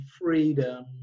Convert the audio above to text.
freedom